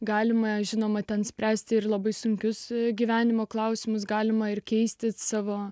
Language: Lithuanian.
galima žinoma ten spręsti ir labai sunkius gyvenimo klausimus galima ir keisti savo